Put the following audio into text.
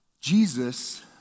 Jesus